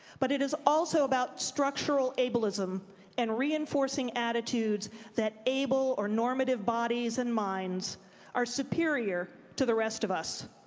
but it is also about structural ableism and reinforcing attitudes that able or normative bodies and minds are superior to the rest of us.